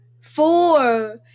four